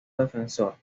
defensor